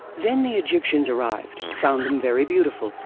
then the egyptians arrived, found them very beautiful,